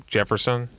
Jefferson